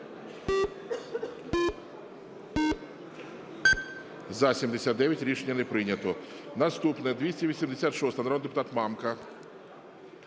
За-79 Рішення не прийнято. Наступна 286-а, народний депутат Мамка.